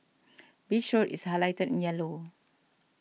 Beach Road is highlighted in yellow